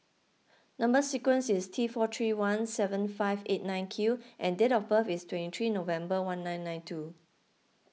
Number Sequence is T four three one seven five eight nine Q and date of birth is twenty three November one nine nine two